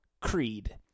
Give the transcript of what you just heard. Creed